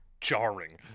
Jarring